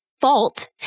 fault